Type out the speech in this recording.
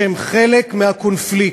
שהם חלק מהקונפליקט.